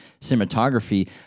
cinematography